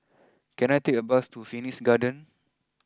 can I take a bus to Phoenix Garden